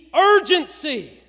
urgency